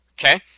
Okay